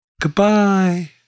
goodbye